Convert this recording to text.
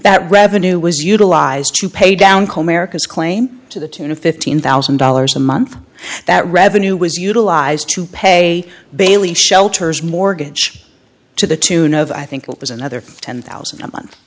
that revenue was utilized to pay down claim to the tune of fifteen thousand dollars a month that revenue was utilized to pay bailey shelters mortgage to the tune of i think it was another ten thousand